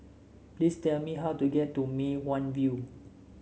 please tell me how to get to Mei Hwan View